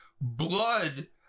blood